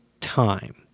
time